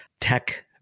tech